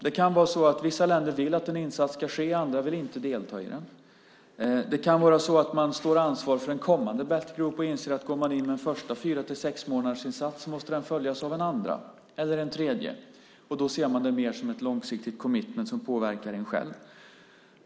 Det kan vara så att vissa länder vill att en insats ska ske, medan andra inte vill delta i den. Det kan vara så att man står ansvarig för en kommande battlegroup och inser att om man går in i den första fyra till sexmånadersinsatsen måste den följas av en andra och kanske en tredje. Då ser man det mer som ett långsiktigt commitment som påverkar en själv.